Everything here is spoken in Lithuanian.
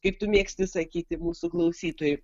kaip tu mėgsti sakyti mūsų klausytojai